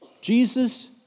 Jesus